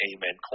Amen